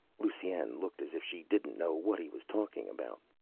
lusine looked as if she didn't know what he was talking about.